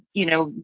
you know,